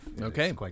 Okay